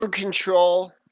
Control